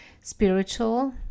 spiritual